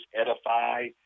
edify